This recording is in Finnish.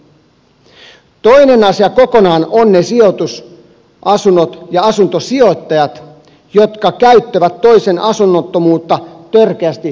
kokonaan toinen asia on ne asuntosijoittajat jotka käyttävät toisen asunnottomuutta törkeästi hyväkseen